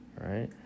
right